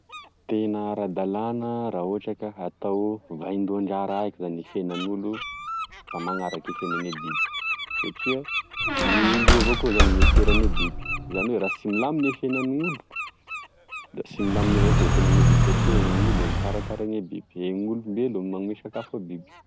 Tena ara-dalana ra ohatra ka atao vaindondraraha eky fe zany fienanolo fa manaraky e fianagne biby satria io olo io avao koa zany gn'enteheragne biby zany oe ra sy milamy e fiainan'olo da sy milamina evao koa e fiainagne biby satria gn'olo gne mekarakara gne biby e gn'olombelo e manome sakafo ebiby